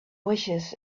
wishes